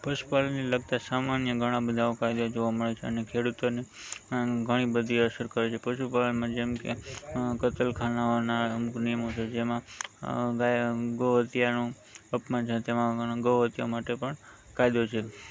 પશુપાલનને લગતા સામાન્ય ઘણા બધા આવા કાયદા જોવા મળે છે અને ખેડૂતોને આની ઘણી બધી અસર કરે છે પશુપાલનમાં જેમ કે અ કતલખાનાઓના અમુક નિયમો છે જેમાં ગાય અ ગૌ હત્યાનું અપમાન છે તેમાં ગણ ગૌ હત્યા માટે પણ કાયદો છે